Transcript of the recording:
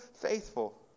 faithful